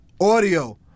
audio